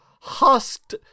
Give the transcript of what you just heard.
husked